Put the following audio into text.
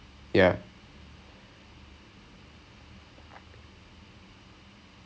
so அது பண்ணோம்:athu pannom then we went chiropractic then he did chiropractic and all that kind of stuff